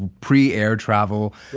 pre-air travel.